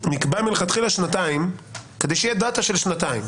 נקבעו מלכתחילה שנתיים כדי שתהיה דאתה של שנתיים.